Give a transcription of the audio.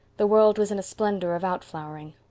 the world was in a splendor of out-flowering.